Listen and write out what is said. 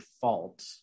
fault